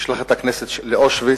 למשלחת הכנסת לאושוויץ,